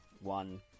one